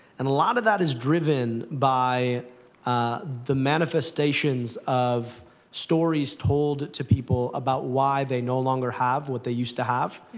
and a lot of that is driven by the manifestations of stories told to people about why they no longer have what they used to have.